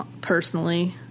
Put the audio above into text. personally